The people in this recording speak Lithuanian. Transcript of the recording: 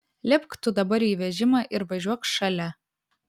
lipk tu dabar į vežimą ir važiuok šalia